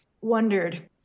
wondered